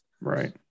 Right